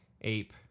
ape